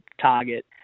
target